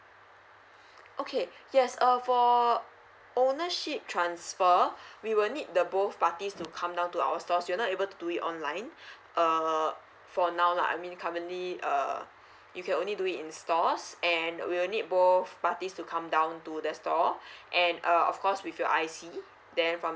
okay yes err for ownership transfer we will need the both parties to come down to our stores you're not able to do it online uh for now lah I mean currently err you can only do it in stores and we'll need both parties to come down to the store and err of course with your I_C then from